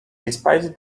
despite